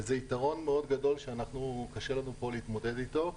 וזה יתרון גדול מאוד שקשה לנו להתמודד איתו פה.